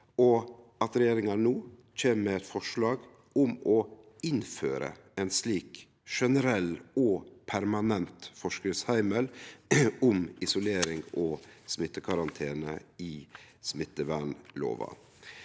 og at regjeringa no kjem med eit forslag om å innføre ein slik generell og permanent forskriftsheimel om isolering og smittekarantene i smittevernlova.